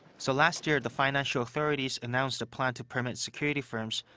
so last year, the financial authorities announced a plan to permit securities firms.